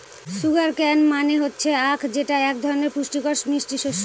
sugar কেন মানে হচ্ছে আঁখ যেটা এক ধরনের পুষ্টিকর মিষ্টি শস্য